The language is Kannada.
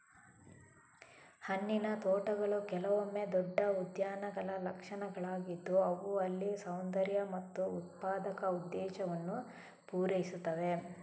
ಹಣ್ಣಿನ ತೋಟಗಳು ಕೆಲವೊಮ್ಮೆ ದೊಡ್ಡ ಉದ್ಯಾನಗಳ ಲಕ್ಷಣಗಳಾಗಿದ್ದು ಅವು ಅಲ್ಲಿ ಸೌಂದರ್ಯ ಮತ್ತು ಉತ್ಪಾದಕ ಉದ್ದೇಶವನ್ನು ಪೂರೈಸುತ್ತವೆ